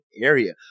area